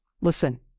Listen